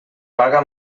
paga